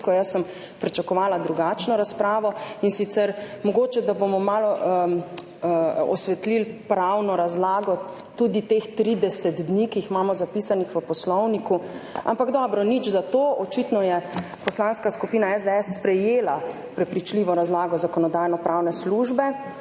Jaz sem pričakovala drugačno razpravo, in sicer mogoče, da bomo malo osvetlili pravno razlago tudi teh 30 dni, ki jih imamo zapisanih v Poslovniku, ampak dobro, nič za to. Očitno je Poslanska skupina SDS sprejela prepričljivo razlago Zakonodajno-pravne službe.